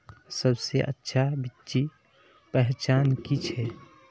सबसे अच्छा बिच्ची पहचान की छे?